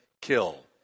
kill